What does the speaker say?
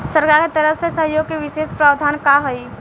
सरकार के तरफ से सहयोग के विशेष प्रावधान का हई?